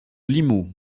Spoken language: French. limoux